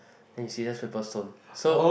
then you scissors paper stone so